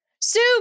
Soup